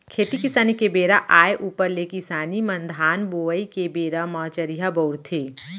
खेती किसानी के बेरा आय ऊपर ले किसान मन धान बोवई के बेरा म चरिहा बउरथे